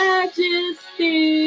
Majesty